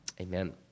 Amen